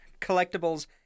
collectibles